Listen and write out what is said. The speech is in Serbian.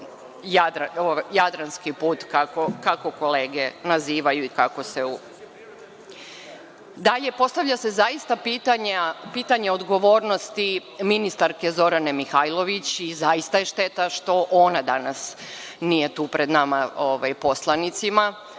jadranski put, kako kolege nazivaju. Dalje, postavlja se zaista pitanje odgovornosti ministarke Zorane Mihajlović i zaista je šteta što ona danas nije tu pred nama poslanicima,